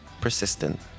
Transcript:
persistent